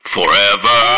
Forever